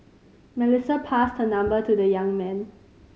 Melissa passed her number to the young man